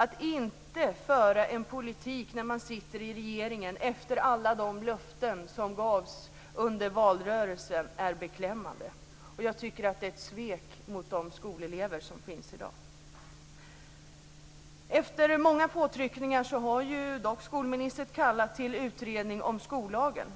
Att inte föra en politik när man sitter i regeringen efter alla de löften som gavs under valrörelsen är beklämmande. Jag tycker att det är ett svek mot de skolelever som finns i dag. Efter många påtryckningar har dock skolministern kallat till utredning som skollagen.